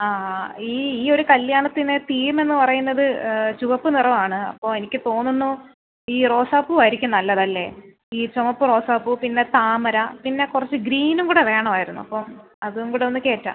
ആ ആ ഈ ഈ ഒരു കല്ല്യാണത്തിന് തീം എന്ന് പറയുന്നത് ചുവപ്പ് നിറം ആണ് അപ്പോൾ എനിക്ക് തോന്നുന്നു ഈ റോസാപൂ ആയിരിക്കും നല്ലത് അല്ലേ ഈ ചുവപ്പ് റോസാപൂ പിന്നെ താമര പിന്നെ കുറച്ച് ഗ്രീനും കൂടെ വേണമായിരുന്നു അപ്പോൾ അതും കൂടെ ഒന്ന് കയറ്റാം